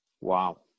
Wow